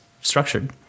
structured